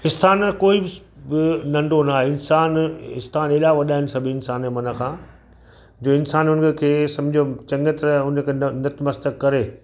आस्थानु कोई बि नंढो नाहे इंसानु आस्थानु हेॾा वॾा आहिनि सभिनी इंसानु मन खां जो इंसानु हुनखे समुझो चङी तरह हुनखे नतमस्तक करे